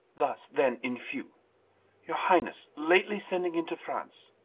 thus than in few your highnesse lately sending into france,